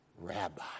rabbi